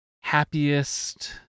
happiest